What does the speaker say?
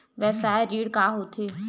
व्यवसाय ऋण का होथे?